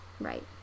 right